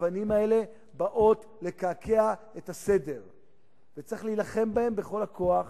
האבנים האלה באות לקעקע את הסדר וצריך להילחם בהן בכל הכוח